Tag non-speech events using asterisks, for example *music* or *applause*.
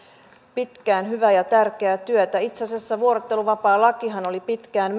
pitkään hyvää ja tärkeää työtä itse asiassa vuorotteluvapaalakihan oli pitkään *unintelligible*